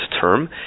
term